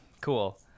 Cool